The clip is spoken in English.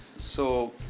so,